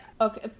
okay